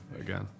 again